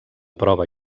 prova